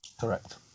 Correct